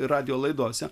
radijo laidose